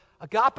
agape